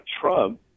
Trump